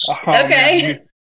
Okay